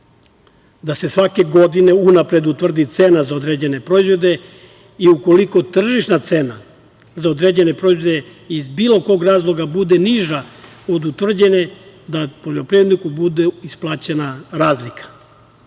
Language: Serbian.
Da se svake godine unapred utvrdi cena za određene proizvode i ukoliko tržišna cena za određene proizvode, iz bilo kog razloga bude niža od utvrđene da poljoprivredniku bude isplaćena razlika. To